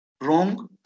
wrong